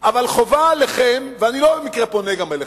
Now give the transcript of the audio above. אבל חובה עליכם, ואני לא במקרה פונה גם אליכם,